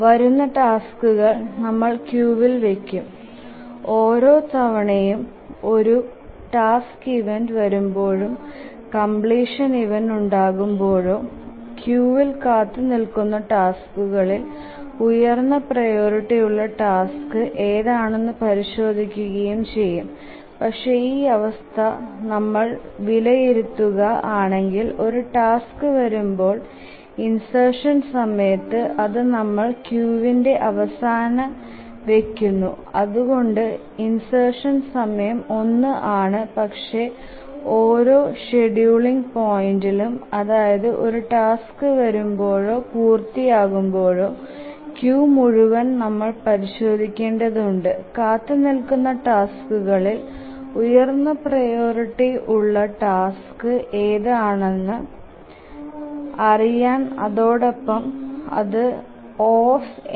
വരുന്ന ടാസ്കുകൾ നമ്മൾ ക്യൂവിൽ വെക്കും ഓരോ തവണയും ഒരു ടാസ്ക് ഇവന്റ് വരുമ്പോഴോ കംപ്ലീഷൻ ഇവന്റ് ഉണ്ടാകുമ്പോഴോ ക്യൂവിൽ കാത്തു നിൽക്കുന്ന ടാസ്കുകളിൽ ഉയർന്ന പ്രിയോറിറ്റി ഉള്ള ടാസ്ക് ഏത് ആണെന് പരിശോധിക്കുകയും ചെയ്യും പക്ഷെ ഈ അവസ്ഥാ നമ്മൾ വിലയിരുതുക ആണെകിൽ ഒരു ടാസ്ക് വരുമ്പോൾ ഇൻസെർഷൻ സമയത്തു അതു നമ്മൾ ക്യൂവിന്ടെ അവസാനം വെകുന്നു അതുകൊണ്ട് ഇൻസെർഷൻ സമയം 1 ആണ് പക്ഷെ ഓരോ ഷ്ഡ്യൂളിങ് പോയിന്റ്ഇലും അതായത് ഒരു ടാസ്ക് വരുമ്പോഴോ പൂർത്തിയാകുമ്പോഴോ ക്യൂ മുഴുവൻ നമ്മൾ പരിശോധിക്കേണ്ടത് ഉണ്ട് കാത്തു നിൽക്കുന്ന ടാസ്കുകളിൽ ഉയർന്ന പ്രിയോറിറ്റി ഉള്ള ടാസ്ക് ഏത് ആണെന് അറിയാൻ അതോടൊപ്പം അതു O